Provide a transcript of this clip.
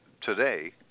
today